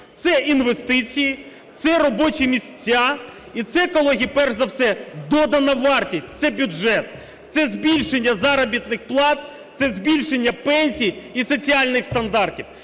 Це інвестиції, це робочі місця і це, колеги, перш за все додана вартість, це бюджет. Це збільшення заробітних плат, це збільшення пенсій і соціальних стандартів.